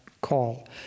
call